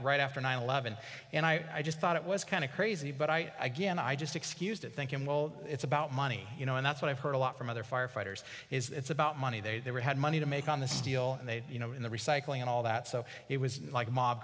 right after nine eleven and i just thought it was kind of crazy but i again i just excused it thinking well it's about money you know and that's what i've heard a lot from other firefighters is it's about money they would had money to make on the steel and they you know in the recycling and all that so it was like mob